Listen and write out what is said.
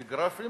בגרפים,